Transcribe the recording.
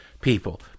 people